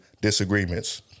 disagreements